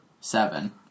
seven